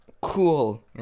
Cool